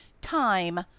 time